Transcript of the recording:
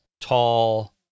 tall